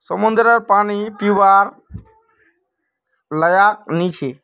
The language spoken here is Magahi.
समंद्ररेर पानी पीवार लयाक नी छे